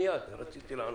אדוני היושב-ראש,